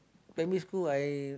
primary school I